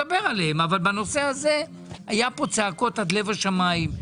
בנושא הזה היו פה צעקות עד לב השמיים.